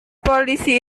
polisi